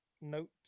note